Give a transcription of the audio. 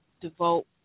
devote